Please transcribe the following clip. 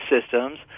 systems